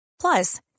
Plus